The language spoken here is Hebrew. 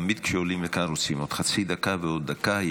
תמיד כשעולים לכאן רוצים עוד חצי דקה ועוד דקה.